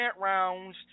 rounds